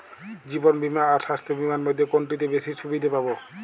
জীবন বীমা আর স্বাস্থ্য বীমার মধ্যে কোনটিতে বেশী সুবিধে পাব?